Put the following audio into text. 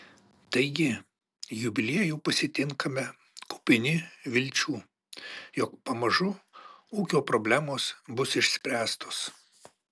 taigi jubiliejų pasitinkame kupini vilčių jog pamažu ūkio problemos bus išspręstos